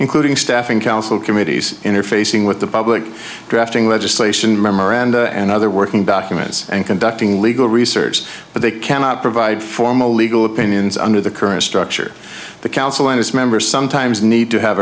including staffing counsel committees interfacing with the public drafting legislation memoranda and other working documents and conducting legal research but they cannot provide formal legal opinions under the current structure the council and its members sometimes need to have